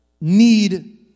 need